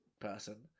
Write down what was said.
person